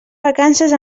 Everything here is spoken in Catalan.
vacances